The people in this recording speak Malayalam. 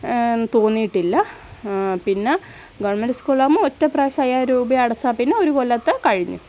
തോന്നിയിട്ടില്ല പിന്നെ ഗവൺമെൻറ് സ്കൂളിൽ ആവുമ്പോൾ ഒറ്റ പ്രാവശ്യം അയ്യായിരം രൂപ അടച്ചാൽ പിന്നെ ഒരു കൊല്ലത്തെ കഴിഞ്ഞ്